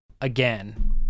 again